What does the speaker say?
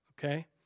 okay